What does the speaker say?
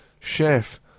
Chef